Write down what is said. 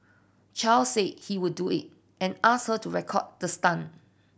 Chow said he would do it and ask her to record the stunt